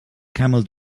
camel